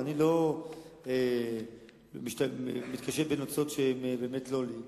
ואני לא מתקשט בנוצות שהן באמת לא שלי,